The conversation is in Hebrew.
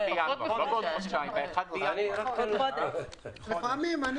ב-1 בינואר, לא